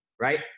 right